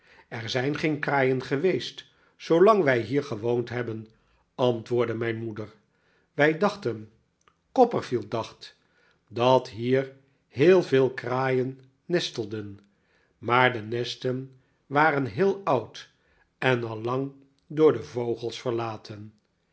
er zijn geen kraaien geweest zoolang wij hier gewoond hebben antwoordde mijn moeder wij dachten copperfield dacht dat hier heel veel kraaien nestelden maar de nesten waren heel oud en al lang door de vogels verlaten